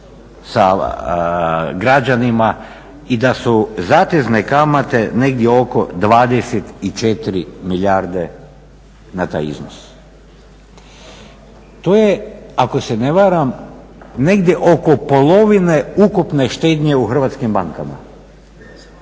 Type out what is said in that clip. sa građanima i da su zatezne kamate negdje oko 24 milijarde na taj iznos. To je ako se ne varam negdje oko polovine ukupne štednje u hrvatskim bankama.